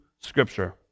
Scripture